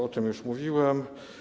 O tym już mówiłem.